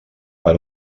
per